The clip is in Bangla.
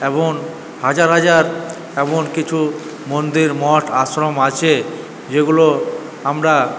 এমন হাজার হাজার এমন কিছু মন্দির মঠ আশ্রম আছে যেগুলো আমরা